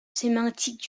sémantique